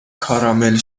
کارامل